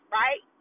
right